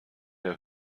der